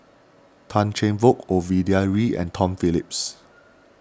Tan Cheng Bock Ovidia Yu and Tom Phillips